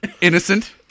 Innocent